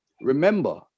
Remember